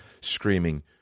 screaming